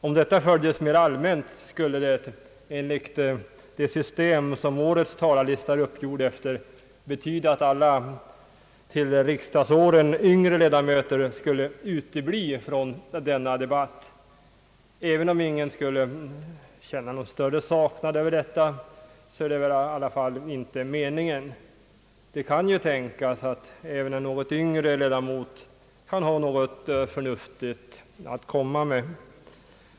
Om detta följdes mera allmänt skulle det, enligt det system som årets talarlista är uppgjord efter, betyda att alla till riksdagsåren yngre ledamöter skulle utebli från denna debatt. även om ingen skulle känna någon större saknad efter dem, så är det väl i alla fall inte meningen. Det kan ju tänkas att även en något yngre ledamot kan ha något förnuftigt att säga.